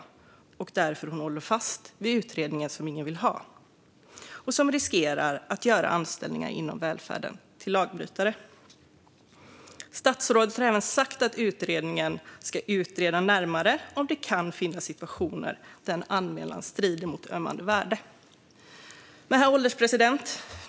Är det därför hon håller fast vid en utredning som ingen vill ha och som riskerar att göra anställda inom välfärden till lagbrytare? Statsrådet har även sagt att utredningen ska utreda närmare om det kan finnas situationer där en anmälan strider mot ömmande värden. Herr ålderspresident!